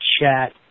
chat